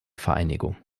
vereinigung